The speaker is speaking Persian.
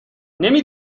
نمی